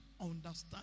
understand